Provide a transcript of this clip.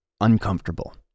uncomfortable